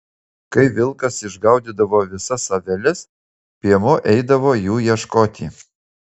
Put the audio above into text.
kai vilkas išgaudydavo visas aveles piemuo eidavo jų ieškoti